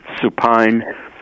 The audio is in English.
supine